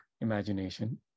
imagination